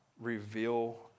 reveal